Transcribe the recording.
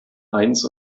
eins